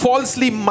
Falsely